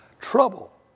Trouble